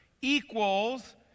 equals